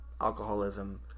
alcoholism